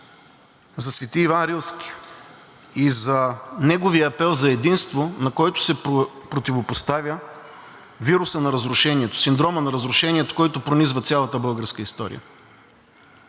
за Свети Иван Рилски и за неговия апел за единство, на който се противопоставя вирусът на разрушението, синдромът на разрушението, който пронизва цялата българска история.